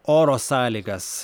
oro sąlygas